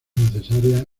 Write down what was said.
necesarias